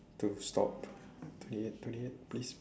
to stop twenty eight twenty eight please